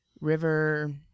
river